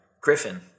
Griffin